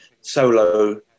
solo